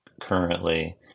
currently